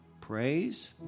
praise